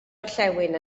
orllewin